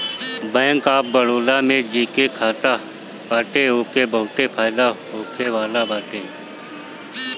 bank of Baroda में जेकर खाता बाटे ओके बहुते फायदा होखेवाला बाटे